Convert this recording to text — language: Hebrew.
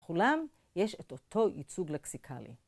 לכולם יש את אותו ייצוג לקסיקלי.